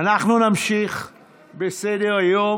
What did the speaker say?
אנחנו נמשיך בסדר-היום.